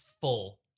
full